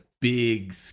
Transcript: big